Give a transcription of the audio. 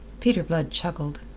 peter blood chuckled.